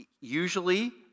Usually